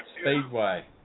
Speedway